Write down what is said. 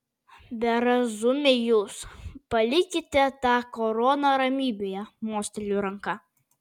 berazumiai jūs palikite tą koroną ramybėje mosteliu ranka